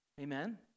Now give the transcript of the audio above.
Amen